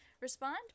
respond